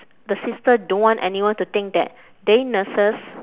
the sister don't want anyone to think that they nurses